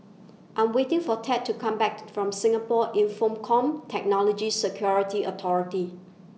I'm waiting For Tad to Come Back from Singapore Infocomm Technology Security Authority